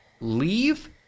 leave